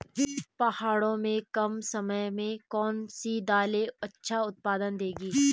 पहाड़ों में कम समय में कौन सी दालें अच्छा उत्पादन देंगी?